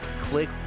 click